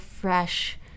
fresh